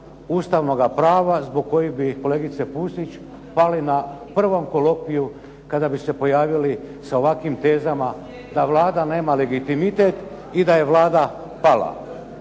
ustavnoga prava, zbog kojeg bi kolegice Pusić pali na prvom kolokviju kada bi se pojavili sa ovakvim tezama da Vlada nema legitimitet i da je Vlada pala.